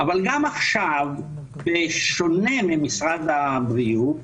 אבל גם עכשיו, בשונה ממשרד הבריאות,